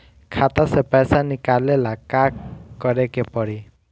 खाता से पैसा निकाले ला का करे के पड़ी?